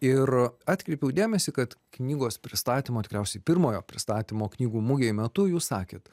ir atkreipiau dėmesį kad knygos pristatymo tikriausiai pirmojo pristatymo knygų mugėj metu jūs sakėt